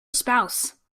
spouse